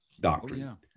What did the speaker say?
doctrine